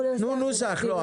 אנחנו ננסח את זה.